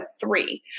three